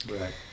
Right